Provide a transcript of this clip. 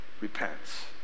repents